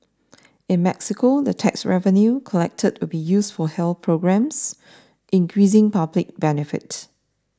in Mexico the tax revenue collected will be used for health programmes increasing public benefit